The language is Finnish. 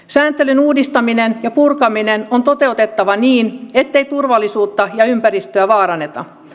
sääntelyn uudistaminen ja purkaminen on toteutettava niin ettei turvallisuutta ja ympäristöä vaaranneta